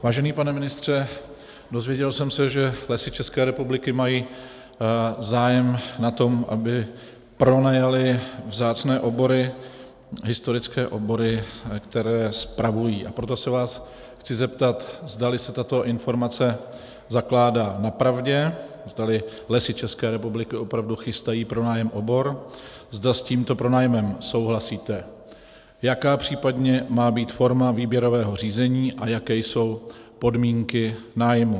Vážený pane ministře, dozvěděl jsem se, že Lesy České republiky mají zájem na tom, aby pronajaly vzácné obory, historické obory, které spravují, a proto se vás chci zeptat, zdali se tato informace zakládá na pravdě, zdali Lesy České republiky opravdu chystají pronájem obor, zda s tímto pronájmem souhlasíte, jaká případně má být forma výběrového řízení a jaké jsou podmínky nájmu.